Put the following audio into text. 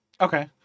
Okay